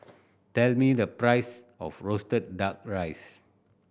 tell me the price of roasted Duck Rice